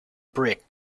brick